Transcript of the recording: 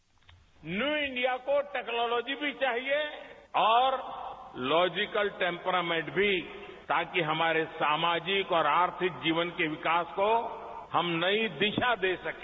bite new India को technology भी चाहिए और लॉजिकल टेम्प्रामेंट भी ताकि हमारे सामाजिक और आर्थिक जीवन के विकास को हम नई दिशा दे सकें